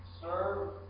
serve